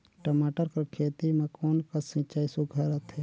टमाटर कर खेती म कोन कस सिंचाई सुघ्घर रथे?